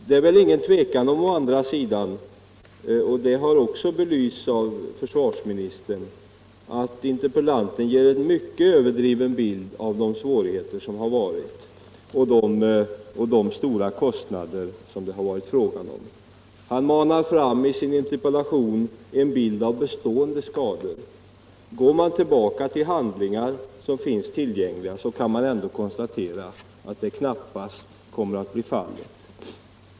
Det är väl å andra sidan inget tvivel om — och det har också belysts av försvarsministern — att interpellanten ger en mycket överdriven bild av de svårigheter och kostnader som det varit fråga om. Han manar i sin interpellation fram en bild av bestående skador. Går man tillbaka till handlingar som finns tillgängliga, kan man ändå konstatera att det knappast kommer att bli fallet.